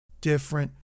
different